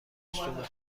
کلثومه